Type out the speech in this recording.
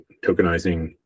tokenizing